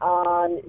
on